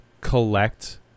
Collect